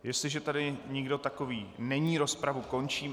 Jestliže tady nikdo takový není, rozpravu končím.